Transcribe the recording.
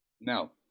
Now